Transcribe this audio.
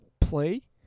play